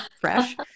fresh